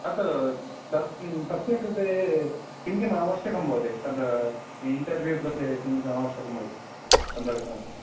तत् तत् किं तस्य कृते किं किम् अवश्यकं भवति तद् इन्टर्व्यू कृते किम् अवश्यकं इति सन्दर्शनस्य